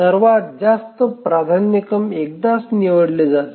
सर्वात जास्त प्राधान्यक्रम एकदाच निवडले जाते